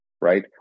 right